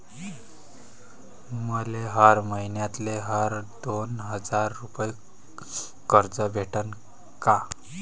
मले हर मईन्याले हर दोन हजार रुपये कर्ज भेटन का?